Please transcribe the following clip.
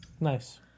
Nice